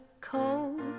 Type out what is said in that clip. cold